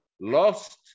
lost